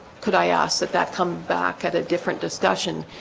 could i ask that that come back at a different discussion?